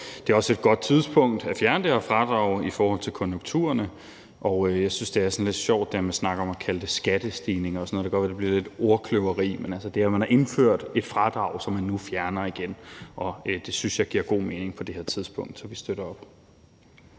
Det er også et godt tidspunkt at fjerne det her fradrag i forhold til konjunkturerne. Jeg synes, det er lidt sjovt, at man snakker om at kalde det skattestigninger og sådan noget. Det kan godt være, at det bliver lidt ordkløveri, men altså, det er, at man har indført et fradrag, som man nu fjerner igen, og det synes jeg giver god mening på det her tidspunkt. Så vi støtter op.